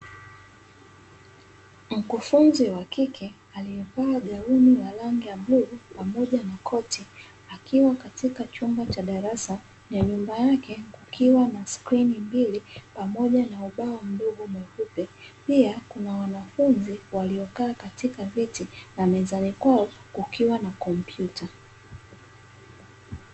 Mkufunzi wa kike aliyevaa gauni la rangi ya bluu pamoja na koti akiwa katika chumba cha darasa na nyuma yake kukiwa na skrini mbili pamoja na ubao mdogo mweupe, pia kuna wanafunzi waliokaa katika viti na mezani kwao kukiwa na kompyuta.